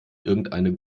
irgendeine